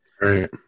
right